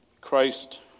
Christ